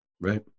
Right